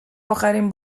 اخرین